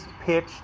pitch